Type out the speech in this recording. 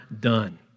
done